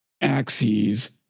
axes